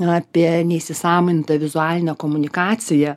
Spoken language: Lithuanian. apie neįsisąmonintą vizualinę komunikaciją